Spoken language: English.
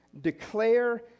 declare